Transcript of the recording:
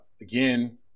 again